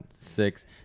Six